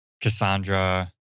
Cassandra